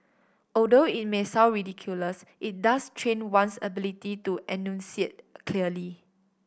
although it may sound ridiculous it does train one's ability to enunciate clearly